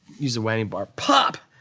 use the whammy bar, pop!